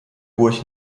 burg